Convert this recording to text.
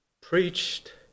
preached